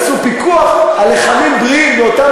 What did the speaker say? ויעשו פיקוח על לחמים בריאים באותה